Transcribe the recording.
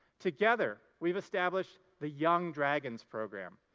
together, we've established the young dragons program,